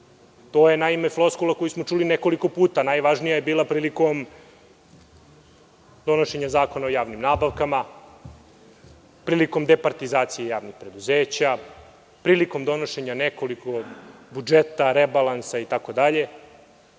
To je floskula koju smo čuli nekoliko puta, najvažnija je bila prilikom donošenja Zakona o javnim nabavkama, prilikom departizacije javnih preduzeća, prilikom donošenja nekoliko budžeta, rebalansa, itd.